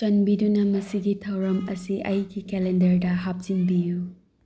ꯆꯥꯟꯕꯤꯗꯨꯅ ꯃꯁꯤꯒꯤ ꯊꯧꯔꯝ ꯑꯁꯤ ꯑꯩꯒꯤ ꯀꯦꯂꯦꯟꯗꯔꯗ ꯍꯥꯞꯆꯤꯟꯕꯤꯌꯨ